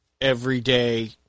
everyday